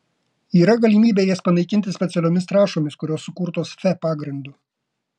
yra galimybė jas panaikinti specialiomis trąšomis kurios sukurtos fe pagrindu